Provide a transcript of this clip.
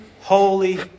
holy